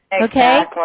Okay